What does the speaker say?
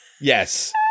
Yes